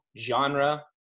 genre